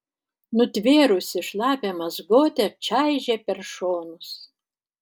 nutvėrusi šlapią mazgotę čaižė per šonus